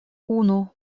unu